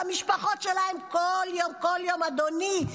שהמשפחות שלהם כל יום, כל יום, אדוני,